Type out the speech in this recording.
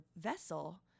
vessel